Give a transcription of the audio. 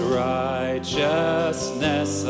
righteousness